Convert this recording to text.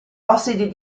ossidi